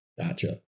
Gotcha